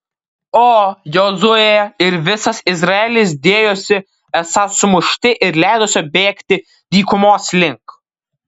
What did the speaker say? o jozuė ir visas izraelis dėjosi esą sumušti ir leidosi bėgti dykumos link